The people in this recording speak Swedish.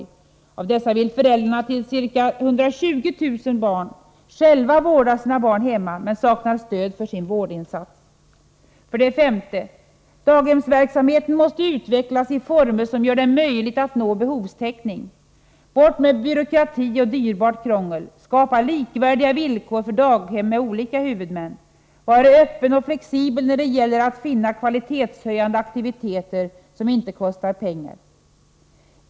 När det gäller dessa vill föräldrarna till ca 120 000 barn själva vårda sina barn hemma, men saknar stöd för sin vårdinsats. För det femte: Daghemsverksamheten måste utvecklas i former som gör det möjligt att nå behovstäckning. Bort med byråkrati och dyrbart krångel! Skapa likvärdiga villkor för daghem med olika huvudmän! Var öppen och flexibel när det gäller att finna kvalitetshöjande aktiviteter som inte kostar pengar!